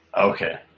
Okay